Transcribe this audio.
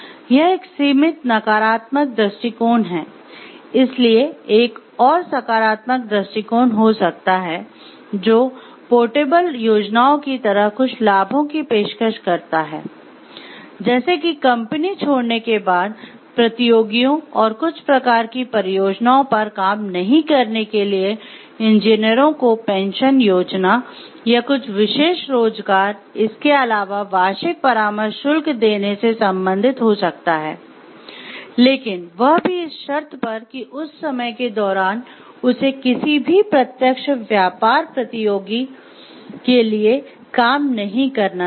यह एक सीमित नकारात्मक दृष्टिकोण है इसलिए एक और सकारात्मक दृष्टिकोण हो सकता है जो पोर्टेबल योजनाओं की तरह कुछ लाभों की पेशकश करता है जैसे कि कंपनी छोड़ने के बाद प्रतियोगियों और कुछ प्रकार की परियोजनाओं पर काम नहीं करने के लिए इंजीनियरों को पेंशन योजना या कुछ विशेष रोजगार इसके अलावा वार्षिक परामर्श शुल्क देने से संबंधित हो सकता है लेकिन वह भी इस शर्त पर कि उस समय के दौरान उसे किसी भी "प्रत्यक्ष व्यापार प्रतियोगी" के लिए काम नहीं करना चाहिए